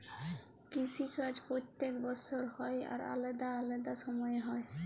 কিসি কাজ প্যত্তেক বসর হ্যয় আর আলেদা আলেদা সময়ে হ্যয়